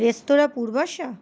রেস্তোরাঁ পূর্বাশা